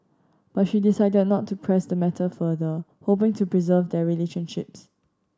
but she decided not to press the matter further hoping to preserve their relationships